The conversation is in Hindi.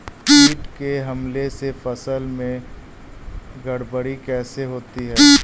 कीट के हमले से फसल में गड़बड़ी कैसे होती है?